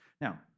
Now